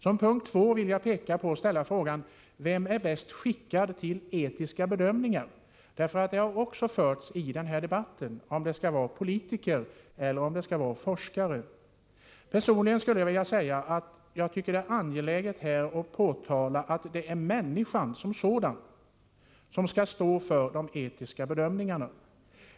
Som andra punkt vill jag ställa frågan: Vem är bäst skickad till etiska bedömningar? I den här debatten har det förts på tal om det skall vara Politiker eller forskare. Personligen tycker jag det är angeläget att deklarera att det är människan som sådan som skall stå för de etiska bedömningarna.